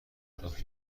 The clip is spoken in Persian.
بدبخت